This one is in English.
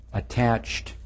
attached